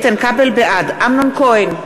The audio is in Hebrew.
בעד אמנון כהן,